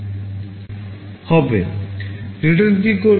return কি করবে